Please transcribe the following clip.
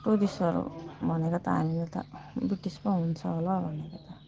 टुरिस्टहरू भनेको त हामीले त ब्रिटिस पो हुन्छ होला भनेको